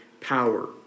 power